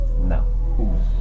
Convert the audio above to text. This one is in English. No